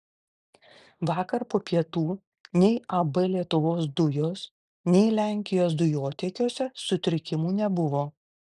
vakar po pietų nei ab lietuvos dujos nei lenkijos dujotiekiuose sutrikimų nebuvo